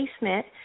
basement